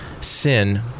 sin